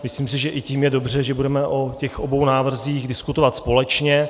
Myslím si, že i tím je dobře, že budeme o obou návrzích diskutovat společně.